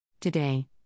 Today